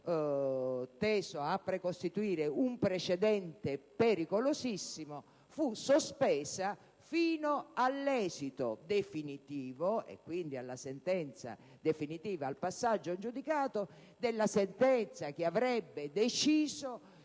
teso a precostituire un precedente pericolosissimo, fu sospeso fino all'esito definitivo e quindi alla sentenza definitiva, al passaggio in giudicato della sentenza che avrebbe deciso